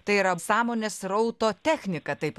tai yra sąmonės srauto technika taip